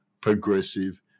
progressive